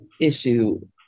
issue